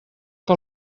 que